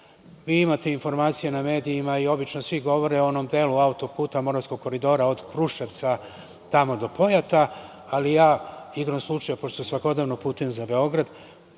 Vi imate informacije na medijima, a i obično svi govore o onom delu autoputa Moravskog koridora od Kruševca do Pojata, ali ja igrom slučaja pošto svakodnevno putujem za Beograd